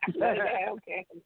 Okay